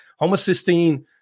Homocysteine